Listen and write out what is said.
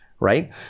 Right